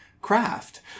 craft